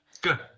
good